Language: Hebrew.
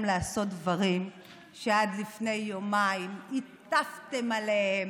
לעשות דברים שעד לפני יומיים הטפתם עליהם,